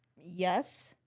Yes